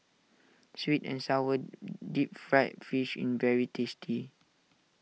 Sweet and Sour Deep Fried Fish is very tasty